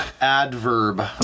Adverb